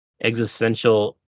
Existential